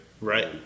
right